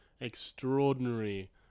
extraordinary